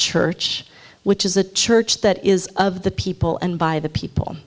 church which is a church that is of the people and by the people